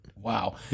Wow